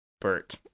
Bert